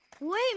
Wait